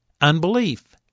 unbelief